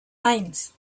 eins